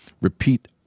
repeat